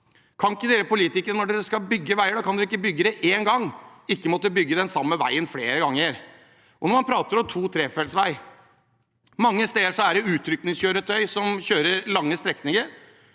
Kan ikke dere politikere når dere skal bygge veier, bygge dem én gang, ikke måtte bygge den samme veien flere ganger? Når man prater om to- og trefelts vei: Mange steder er det utrykningskjøretøyer som kjører lange strekninger.